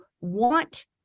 want